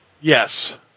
Yes